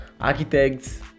Architects